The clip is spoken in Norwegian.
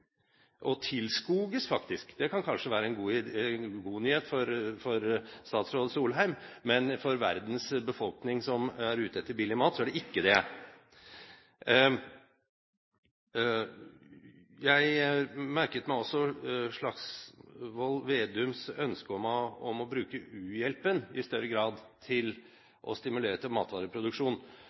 og faktisk tilskoges. Det kan kanskje være en god nyhet for statsråd Solheim, men for verdens befolkning som er ute etter billig mat, er det ikke det. Jeg merket meg også Slagsvold Vedums ønske om å bruke u-hjelpen i større grad til å stimulere til matvareproduksjon.